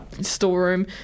storeroom